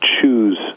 choose